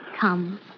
Come